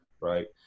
Right